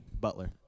Butler